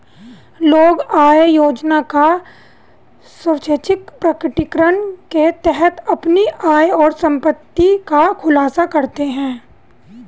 लोग आय योजना का स्वैच्छिक प्रकटीकरण के तहत अपनी आय और संपत्ति का खुलासा करते है